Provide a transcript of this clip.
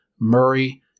Murray